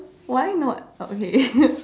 why not uh okay